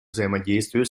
взаимодействию